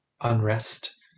unrest